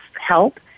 help